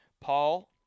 Paul